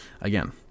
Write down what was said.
Again